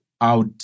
out